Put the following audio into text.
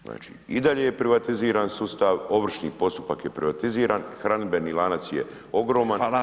Znači i dalje je privatiziran sustav, ovršni postupak je privatiziran i hranidbeni lanac je ogroman.